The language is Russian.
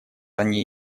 они